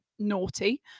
Naughty